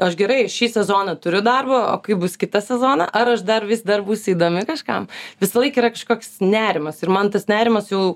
aš gerai šį sezoną turiu darbo o kaip bus kitą sezoną ar aš dar vis dar būsiu įdomi kažkam visąlaik yra kažkoks nerimas ir man tas nerimas jau